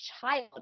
child